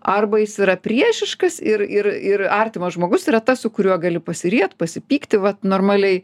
arba jis yra priešiškas ir ir ir artimas žmogus yra tas su kuriuo gali pasiriet pasipykti vat normaliai